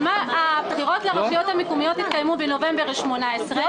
הבחירות לרשויות המקומיות התקיימו בנובמבר 2018,